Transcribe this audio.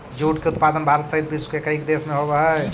jute के उत्पादन भारत सहित विश्व के कईक देश में होवऽ हइ